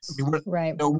Right